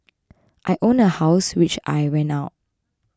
I own a house which I rent out